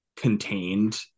contained